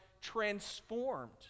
transformed